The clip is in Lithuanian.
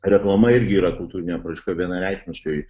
reklama irgi yra kultūrinė apraiška vienareikšmiškai